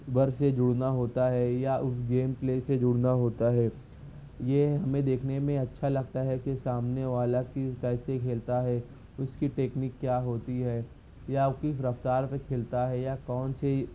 بر سے جڑنا ہوتا ہے یا اس گیم پلے سے جڑنا ہوتا ہے یہ ہمیں دیکھنے میں اچھا لگتا ہے کہ سامنے والا کس ٹائپ سے کھیلتا ہے اس کی ٹیکنک کیا ہوتی ہے یا وہ کس رفتار سے کھیلتا ہے یا کون سی